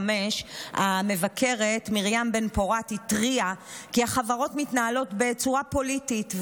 1995 התריעה המבקרת מרים בן פורת כי החברות מתנהלות בצורה פוליטית.